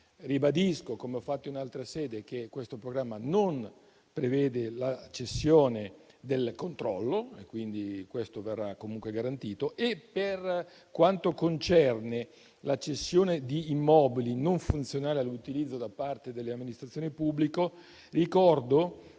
Ribadisco - come ho fatto in altra sede - che questo programma non prevede la cessione del controllo, che verrà comunque garantito. Per quanto concerne la cessione di immobili non funzionali all'utilizzo da parte delle amministrazioni pubbliche, ricordo che,